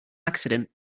accident